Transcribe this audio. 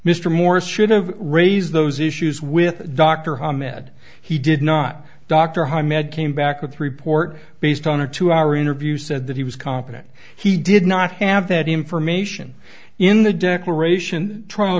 mr morris should have raised those issues with dr ahmed he did not doctor high med came back with report based on a two hour interview said that he was confident he did not have that information in the declaration trial